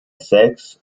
sechs